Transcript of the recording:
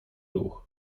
ruch